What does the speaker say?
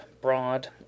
broad